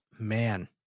Man